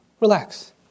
relax